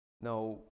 Now